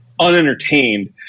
unentertained